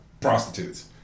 prostitutes